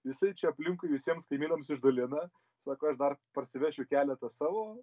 jisai čia aplinkui visiems kaimynams išdalina sako aš dar parsivešiu keletą savo